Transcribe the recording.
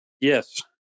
Yes